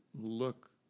look